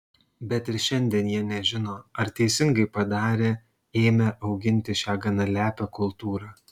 bet ir šiandien jie nežino ar teisingai padarė ėmę auginti šią gana lepią kultūrą